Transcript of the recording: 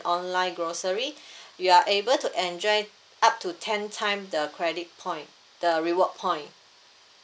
online grocery you are able to enjoy up to ten time the credit point the reward point